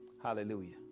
Hallelujah